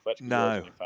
No